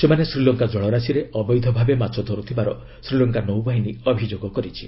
ସେମାନେ ଶ୍ରୀଲଙ୍କା ଜଳରାଶିରେ ଅବୈଧ ଭାବେ ମାଛ ଧରୁଥିବାର ଶ୍ରୀଲଙ୍କା ନୌବାହିନୀ ଅଭିଯୋଗ କରିଛି